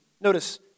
notice